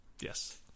Yes